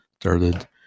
Started